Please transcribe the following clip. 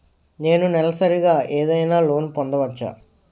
నేను నెలసరిగా ఏదైనా లోన్ పొందవచ్చా?